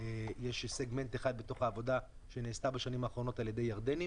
יש סגמנט אחד בתוך העבודה שנעשה בשנים האחרונות על-ידי ירדנים